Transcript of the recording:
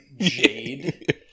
jade